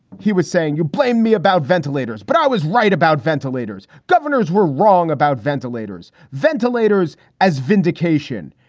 he was saying, you blame me about ventilators, but i was right about ventilators. governors were wrong about ventilators. ventilators as vindication.